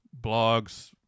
blogs